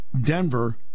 Denver